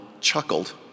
chuckled